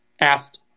asked